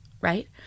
Right